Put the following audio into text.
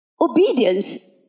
Obedience